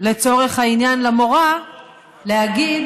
לצורך העניין למורה להגיד,